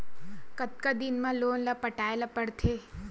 कतका दिन मा लोन ला पटाय ला पढ़ते?